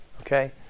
Okay